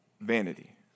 vanity